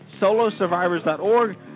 solosurvivors.org